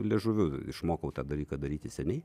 liežuviu išmokau tą dalyką daryti seniai